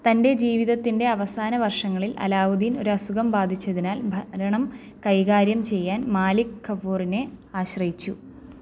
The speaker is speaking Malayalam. തൻ്റെ ജീവിതത്തിൻ്റെ അവസാന വർഷങ്ങളിൽ അലാവുദ്ദീൻ ഒരു അസുഖം ബാധിച്ചതിനാൽ ഭരണം കൈകാര്യം ചെയ്യാൻ മാലിക് കഫൂറിനെ ആശ്രയിച്ചു